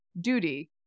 duty